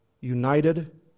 united